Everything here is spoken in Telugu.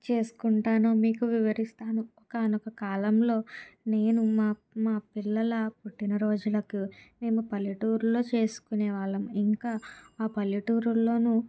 చేసుకుంటాను మీకు వివరిస్తాను ఒకానొక కాలంలో నేను మా మా పిల్లల పుట్టినరోజులకు మేము పల్లెటూరులో చేసుకునే వాళ్ళం ఇంకా ఆ పల్లెటూరులోనూ